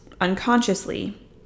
unconsciously